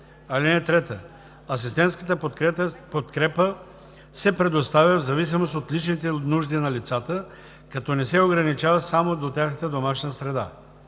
среда. (3) Асистентската подкрепа се предоставя в зависимост от личните нужди на лицата, като не се ограничава само до тяхната домашна среда.